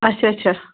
اچھا اچھا